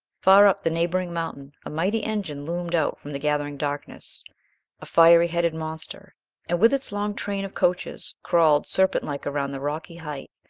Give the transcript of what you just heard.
far up the neighboring mountain a mighty engine loomed out from the gathering darkness a fiery-headed monster and with its long train of coaches crawled serpent-like around the rocky height,